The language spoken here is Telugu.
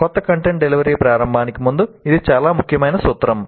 క్రొత్త కంటెంట్ డెలివరీ ప్రారంభానికి ముందు ఇది చాలా ముఖ్యమైన సూత్రం